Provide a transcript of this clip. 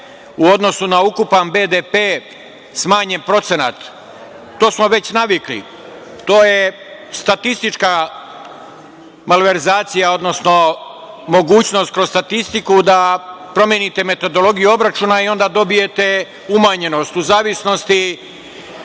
u odnosu na ukupan BDP smanjen procenat. To smo već navikli. To je statistička malverzacija, odnosno mogućnost kroz statistiku da promenite metodologiju obračuna i onda dobijete umanjenost u zavisnosti